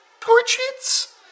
portraits